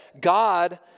God